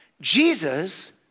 Jesus